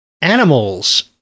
animals